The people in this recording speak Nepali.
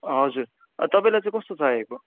हजुर तपाईँलाई चाहिँ कस्तो चाहिएको